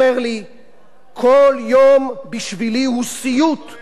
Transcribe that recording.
כל יום בשבילי הוא סיוט יותר מהיום האחר,